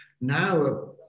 Now